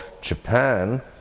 Japan